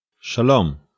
Shalom